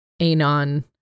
anon